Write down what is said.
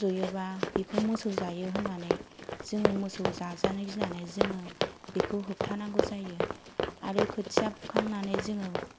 रजयोबा बेखौ मोसौ जायो होन्नानै जोङो मोसौ जाजानो गिनानै जोङो बेखौ होफ्थानांगौ जायो आरो खोथिया फुखांनानै जोङो